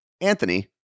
Anthony